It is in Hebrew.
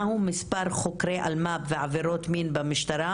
מהו מספר חוקרי אלמ"ב ועבירות מין במשטרה,